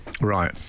Right